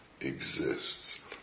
exists